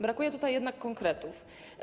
Brakuje tutaj jednak konkretów.